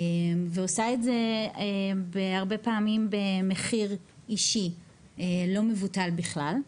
ועושה את זה הרבה פעמים במחיר אישי לא מבוטל בכלל,